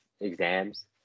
exams